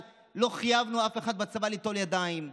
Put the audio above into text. לא חייבנו אף אחד בצבא ליטול ידיים,